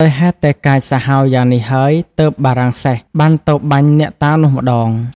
ដោយហេតុតែកាចសាហាវយ៉ាងនេះហើយ ទើបបារាំងសែស បានទៅបាញ់អ្នកតានោះម្ដង ។